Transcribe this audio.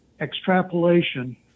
extrapolation